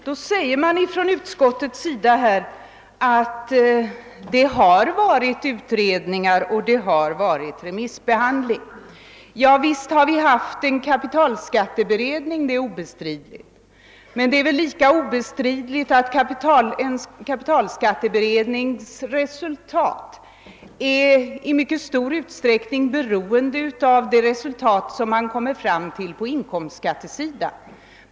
Utskottet skriver att det i detta fall har förekommit utredningar och att resultaten har remissbehandlats. Det är obestridligt att vi har haft en kapitalskatteberedning, men lika obestridligt är att beredningens resultat i mycket stor utsträckning är beroende av de resultat man kommer fram till på inkomstskattesidan.